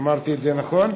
אמרתי את זה נכון?